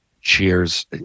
Cheers